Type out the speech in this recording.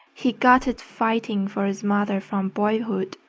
he got it fighting for his mother from boyhood.